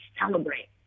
celebrate